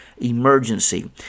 Emergency